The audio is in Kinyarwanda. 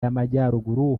y’amajyaruguru